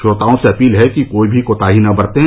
श्रोताओं से अपील है कि कोई भी कोताही न बरतें